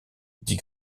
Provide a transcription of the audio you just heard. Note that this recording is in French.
dit